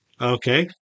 Okay